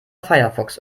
firefox